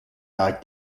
like